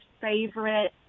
favorite